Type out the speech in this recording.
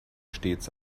stets